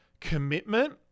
commitment